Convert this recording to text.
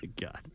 God